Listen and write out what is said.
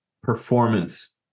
performance